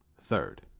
Third